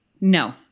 No